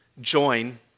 join